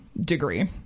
degree